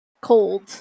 cold